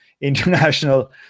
International